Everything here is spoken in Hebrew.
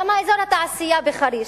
למה אזור התעשייה בחריש?